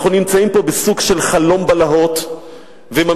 אנחנו נמצאים פה בסוג של חלום בלהות וממשיכים